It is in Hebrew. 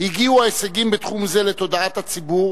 הגיעו ההישגים בתחום זה לתודעת הציבור